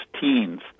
teens